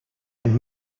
and